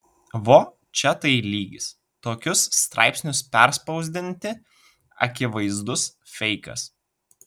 vo čia tai lygis tokius straipsnius perspausdinti akivaizdus feikas